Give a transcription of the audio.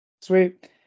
Sweet